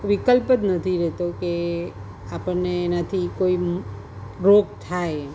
વિકલ્પ જ નથી રહેતો કે આપણને એનાથી કોઈ રોગ થાય